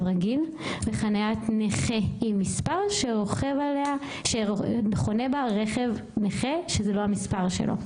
רגיל וחניית נכה עם מספר שחונה בה רכב נכה שזה לא המספר שלו,